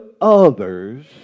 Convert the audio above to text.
others